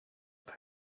and